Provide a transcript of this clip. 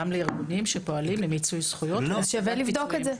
גם לארגונים שפועלים למיצוי זכויות --- אז שווה לבדוק את זה.